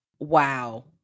Wow